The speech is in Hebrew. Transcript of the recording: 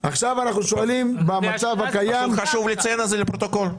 לפני שאני שואל למה צריך משרד לראש הממשלה החלופי,